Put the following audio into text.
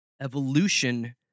evolution